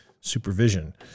supervision